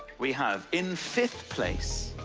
we have in fifth place,